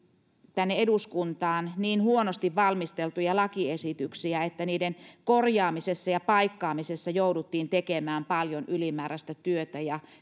tänne eduskuntaan tuli niin huonosti valmisteltuja lakiesityksiä että niiden korjaamisessa ja paikkaamisessa jouduttiin tekemään paljon ylimäärästä työtä ja